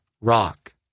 rock